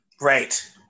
right